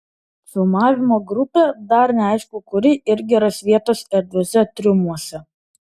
filmavimo grupė dar neaišku kuri irgi ras vietos erdviuose triumuose